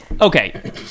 Okay